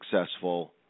successful